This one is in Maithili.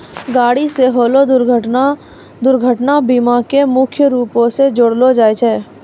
गाड़ी से होलो दुर्घटना दुर्घटना बीमा मे मुख्य रूपो से जोड़लो जाय छै